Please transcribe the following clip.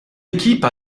équipe